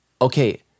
okay